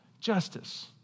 justice